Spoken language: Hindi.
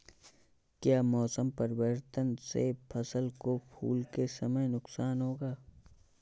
क्या मौसम परिवर्तन से फसल को फूल के समय नुकसान होगा?